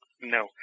No